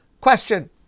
question